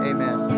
Amen